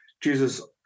Jesus